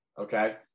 Okay